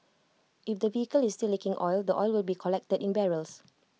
if the vehicle is still leaking oil the oil will be collected in barrels